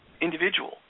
individual